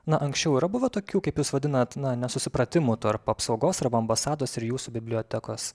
na anksčiau yra buvę tokių kaip jūs vadinat na nesusipratimų tarp apsaugos arba ambasados ir jūsų bibliotekos